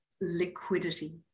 liquidity